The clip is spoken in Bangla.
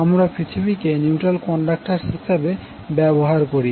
আমরা পৃথিবীকে নিউট্রাল কন্ডাক্টর হিসাবে ব্যবহার করি